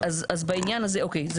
אוקיי.